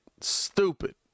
stupid